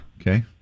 Okay